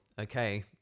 Okay